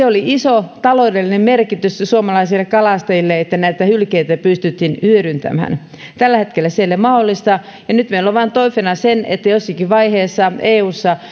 oli iso taloudellinen merkitys suomalaisille kalastajille että hylkeitä pystyttiin hyödyntämään tällä hetkellä se ei ole mahdollista ja nyt meillä on vain toiveena se että jossakin vaiheessa eussa